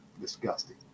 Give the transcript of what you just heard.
Disgusting